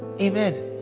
Amen